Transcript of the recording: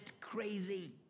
crazy